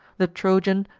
the trojan,